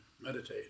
meditate